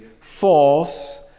false